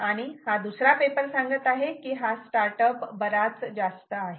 आणि हा दुसरा पेपर सांगत आहे की हा स्टार्ट अप बराच जास्त आहे